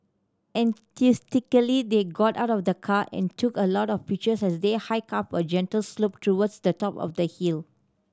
enthusiastically they got out of the car and took a lot of pictures as they hiked up a gentle slope towards the top of the hill